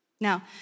Now